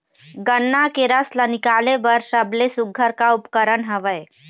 गन्ना के रस ला निकाले बर सबले सुघ्घर का उपकरण हवए?